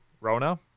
rona